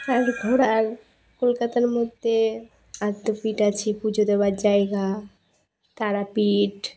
আর ঘোরার কলকাতার মধ্যে আদ্যাপীঠ আছে পুজো দেওয়ার জায়গা তারাপীঠ